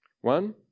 One